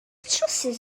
trywsus